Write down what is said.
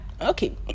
okay